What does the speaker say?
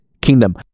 Kingdom